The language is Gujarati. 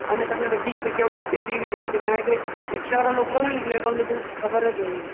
અને તમને બધી જગ્યા ઉપર ફેરવી બી દેશે કારણ કે રિક્ષાવાળા લોકલ હોયને એટલે એ લોકોને બધું જ ખબર જ હોય એમને